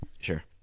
Sure